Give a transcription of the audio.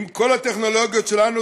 עם כל הטכנולוגיות שלנו.